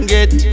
Get